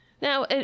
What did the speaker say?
Now